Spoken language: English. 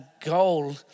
goal